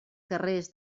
carrers